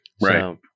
Right